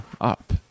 up